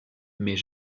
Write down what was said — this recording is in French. mais